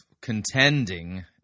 contending